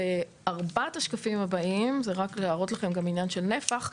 בארבעת השקפים הבאים זה רק להראות לכם את עניין הנפח,